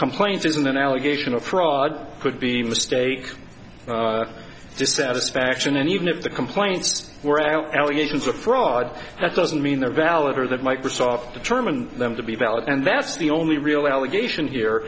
complaint isn't an allegation of fraud could be mistake dissatisfaction and even if the complaints were of allegations of fraud that doesn't mean they're valid or that microsoft determined them to be valid and that's the only real allegation here